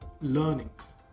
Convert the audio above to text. learnings